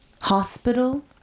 hospital